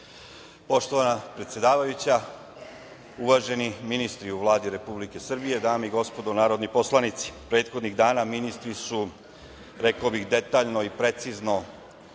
Poštovana predsedavajuća, uvaženi ministri u Vladi Republike Srbije, dame i gospodo narodni poslanici, prethodnih dana ministri su, rekao bih, detaljno i precizno